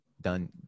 done